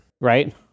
Right